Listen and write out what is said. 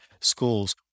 schools